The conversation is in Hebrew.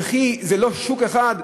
וכי זה לא שוק אחד?